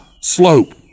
slope